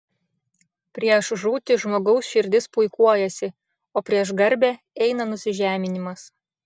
prieš žūtį žmogaus širdis puikuojasi o prieš garbę eina nusižeminimas